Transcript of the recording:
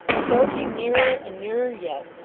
approaching nearer and nearer yet,